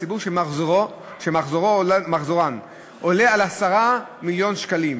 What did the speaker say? הציבור שמחזורן עולה על 10 מיליון שקלים